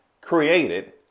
created